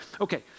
Okay